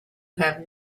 have